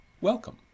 Welcome